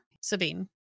Sabine